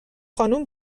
خانم